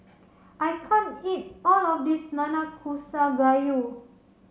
I can't eat all of this Nanakusa Gayu